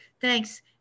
thanks